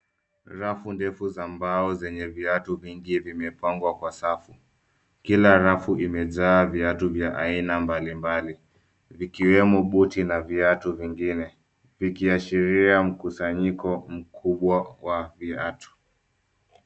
Rafu ndefu za mbao zenye viatu vingi vimepangwa kwa safu. Kila rafu imejaa viatu vya aina mbali mbali, vikiwemo buti na viatu vingine, vikiashiria mkusanyiko mkubwa wa viatu.